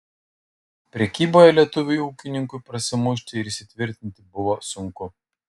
prekyboje lietuviui ūkininkui prasimušti ir įsitvirtinti buvo sunku